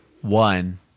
One